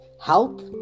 health